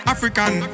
African